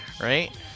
right